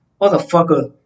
Motherfucker